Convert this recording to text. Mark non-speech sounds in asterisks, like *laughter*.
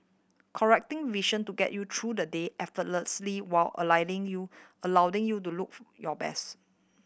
correcting vision to get you through the day effortlessly while *unintelligible* you allowing you to look your best